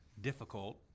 difficult